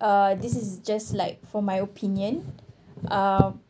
uh this is just like for my opinion uh